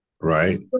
right